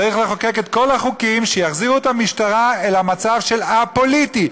צריך לחוקק את כל החוקים שיחזירו את המשטרה אל המצב של א-פוליטיות.